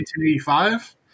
1985